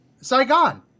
Saigon